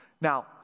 Now